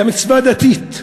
כמצווה דתית,